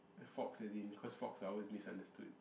a fox as in cause fox are always misunderstood